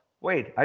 wait